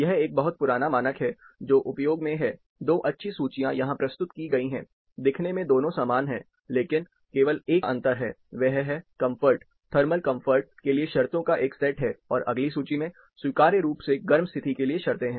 यह एक बहुत पुराना मानक है जो उपयोग में है 2 अच्छी सूचियां यहाँ प्रस्तुत की गई हैं दिखने में दोनों समान हैं लेकिन केवल एक अंतर है वह है कंफर्ट थर्मल कंफर्ट के लिए शर्तों का एक सेट है और अगली सूची में स्वीकार्य रूप से गर्म स्थिति के लिए शर्तें है